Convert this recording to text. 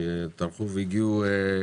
שטרחו והגיעו